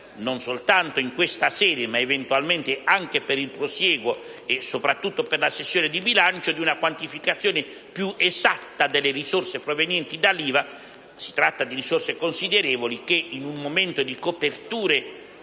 non soltanto in questa sede, ma eventualmente anche per il prosieguo e soprattutto per la sessione di bilancio, per una quantificazione più esatta delle risorse provenienti dall'IVA. Si tratta di risorse considerevoli che, in un momento di coperture